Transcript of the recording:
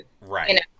right